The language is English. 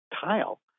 tile